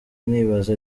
nibaza